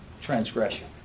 transgression